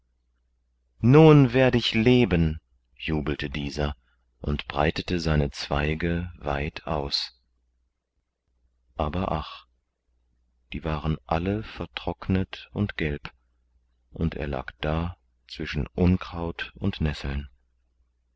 nun werde ich leben jubelte dieser und breitete seine zweige weit aus aber ach die waren alle vertrocknet und gelb und er lag da zwischen unkraut und nesseln